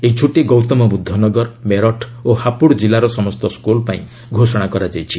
ଏହି ଛୁଟି ଗୌତମ ବୁଦ୍ଧ ନଗର ମେରଠ ଓ ହାପୁଡ କିଲ୍ଲାର ସମସ୍ତ ସ୍କୁଲ୍ ପାଇଁ ଘୋଷଣା କରାଯାଇଛି